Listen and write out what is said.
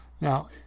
now